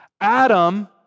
Adam